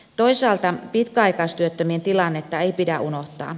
toisaalta pitkäaikaistyöttömien tilannetta ei pidä unohtaa